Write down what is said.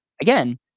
again